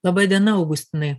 laba diena augustinai